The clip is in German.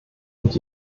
und